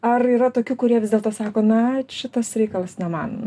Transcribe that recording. ar yra tokių kurie vis dėlto sako na šitas reikalas ne man